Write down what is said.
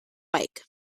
bike